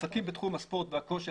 עסקים בתחום הספורט והכושר,